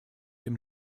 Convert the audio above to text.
dem